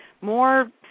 more